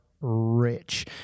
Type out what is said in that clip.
rich